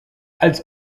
als